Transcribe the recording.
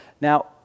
Now